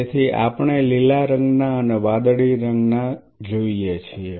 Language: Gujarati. તેથી આપણે લીલા રંગના અને વાદળી રંગના જોઈએ છીએ